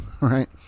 right